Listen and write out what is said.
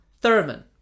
Thurman